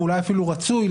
ואולי אפילו רצוי,